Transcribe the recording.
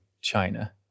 China